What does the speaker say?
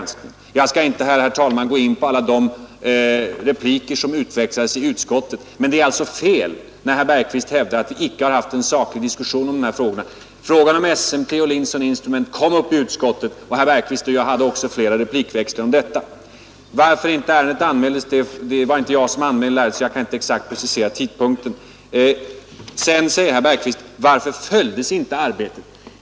Jag skall inte, herr talman, gå in på alla de repliker som utväxlades i utskottet, men det är fel när herr Bergqvist hävdar att vi icke haft en saklig diskussion i denna fråga. Frågan om SMT och Linson Instrument var uppe i utskottet, och herr Bergqvist och jag hade flera replikväxlingar om detta. Varför ärendet inte anmäldes tidigare? Det var inte jag som anmälde det, och jag kan därför inte exakt precisera tidpunkten. Sedan säger herr Bergqvist: Varför följdes inte arbetet?